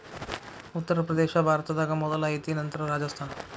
ಉತ್ತರ ಪ್ರದೇಶಾ ಭಾರತದಾಗ ಮೊದಲ ಐತಿ ನಂತರ ರಾಜಸ್ಥಾನ